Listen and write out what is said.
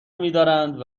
میدارند